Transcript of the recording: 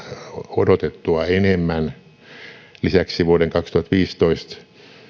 odotettua enemmän lisäksi vuoden kaksituhattaviisitoista